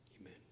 Amen